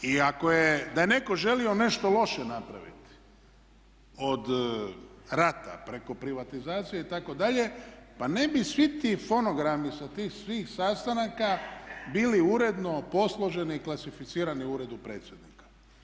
I ako je, da je netko želio nešto loše napraviti od rata preko privatizacije itd. pa ne bi svi ti fonogrami sa tih svih sastanaka bili uredno posloženi i klasificirani u Uredu predsjednika.